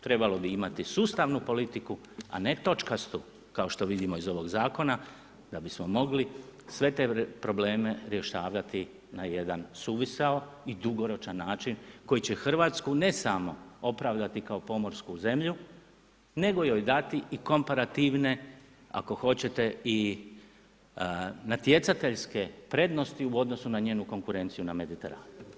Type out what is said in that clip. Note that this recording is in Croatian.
Trebalo bi imati sustavnu politiku, a ne točkastu kao što vidimo iz ovog zakona da bismo mogli sve te probleme rješavati na jedan suvisao i dugoročan način koji će Hrvatsku ne samo opravdati kao pomorsku zemlju, nego joj dati i komparativne, ako hoćete i natjecateljske prednosti u odnosu na njenu konkurenciju na Mediteranu.